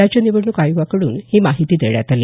राज्य निवडणूक आयोगाकड्रन ही माहिती देण्यात आली